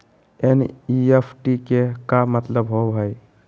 NEFT के का मतलव होव हई?